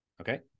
okay